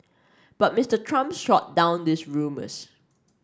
but Mister Trump shot down those rumours